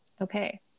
Okay